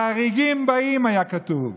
החריגים באים, היה כתוב.